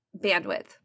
bandwidth